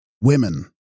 Women